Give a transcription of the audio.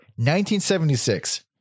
1976